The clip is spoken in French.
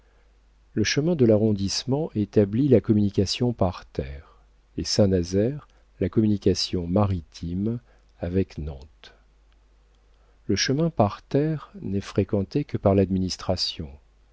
le chemin de l'arrondissement établit la communication par terre et saint-nazaire la communication maritime avec nantes le chemin par terre n'est fréquenté que par l'administration